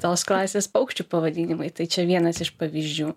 tos klasės paukščių pavadinimai tai čia vienas iš pavyzdžių